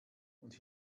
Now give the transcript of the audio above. und